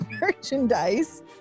merchandise